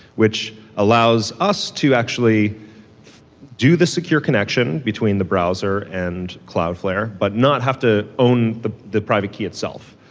which allows us to actually do the secure connection between the browser and cloudflare, but not have to own the the private key itself.